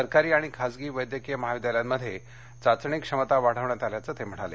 सरकारी आणि खासगी वैद्यकीय महाविद्यालयांमध्ये चाचणी क्षमता वाढविण्यात आल्याचं ते म्हणाले